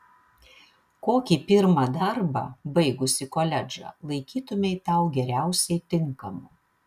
kokį pirmą darbą baigusi koledžą laikytumei tau geriausiai tinkamu